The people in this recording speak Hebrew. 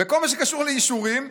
בכל מה שקשור לאישורים,